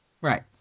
Right